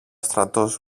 στρατός